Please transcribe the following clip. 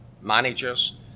managers